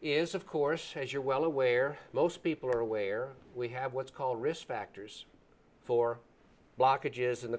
is of course as you're well aware most people are aware we have what's called risk factors for blockages in the